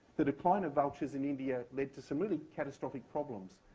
the decline of vultures in india led to some really catastrophic problems.